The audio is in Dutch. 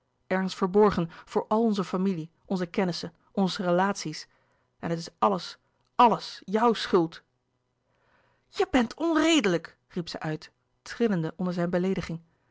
verborgen voor al onze familie onze kennissen onze relaties en het is alles alles jouw schuld je bent onredelijk riep zij uit trillende onder zijn beleediging